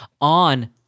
On